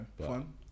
Fun